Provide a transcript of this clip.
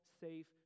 safe